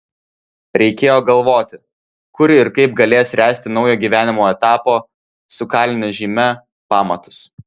reikėjo galvoti kur ir kaip galės ręsti naujo gyvenimo etapo su kalinio žyme pamatus